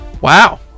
wow